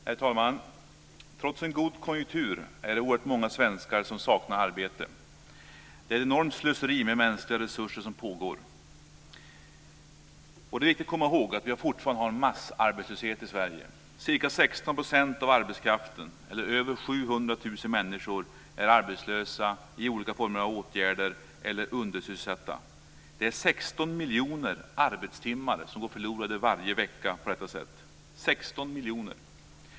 Herr talman! Trots en god konjunktur är det oerhört många svenskar som saknar arbete. Det är ett enormt slöseri med mänskliga resurser som pågår. Det är viktigt att komma ihåg att vi fortfarande har en massarbetslöshet i Sverige. Ca 16 % av arbetskraften, eller över 700 000 människor är arbetslösa, i olika former av åtgärder eller undersysselsatta. Det är 16 miljoner arbetstimmar som går förlorade varje vecka på detta sätt. 16 miljoner!